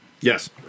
Yes